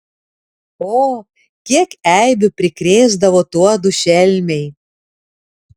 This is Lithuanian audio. o kiek eibių prikrėsdavo tuodu šelmiai